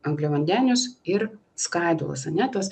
angliavandenius ir skaidulas ane tas